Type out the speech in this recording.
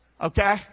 Okay